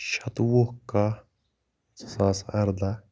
شَتہٕ وُہ کَہہ زٕ ساس اَرداہ